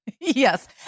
Yes